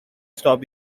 stop